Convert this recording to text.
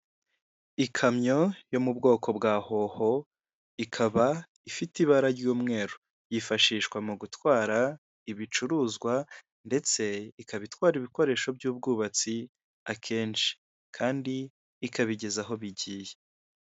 Ikamyo yo mu bwoko bwa hoho ikaba ifite ibara ry'umweru, yifashishwa mu gutwara ibicuruzwa ndetse ikaba itwara ibikoresho by'ubwubatsi akenshi, kandi ikabigeza aho bigiye.